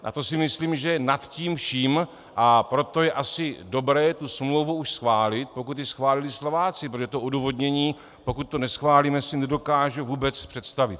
A to si myslím, že je nad tím vším, a proto je asi dobré tu smlouvu už schválit, pokud ji schválili Slováci, protože to odůvodnění, pokud to neschválíme, si nedokážu vůbec představit.